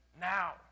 now